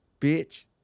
bitch